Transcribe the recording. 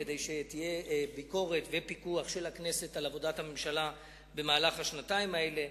כדי שיהיו ביקורת ופיקוח של הכנסת על עבודת הממשלה במהלך השנתיים האלה.